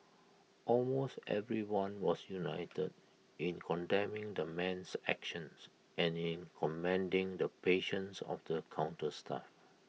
almost everyone was united in condemning the man's actions and in commending the patience of the counter staff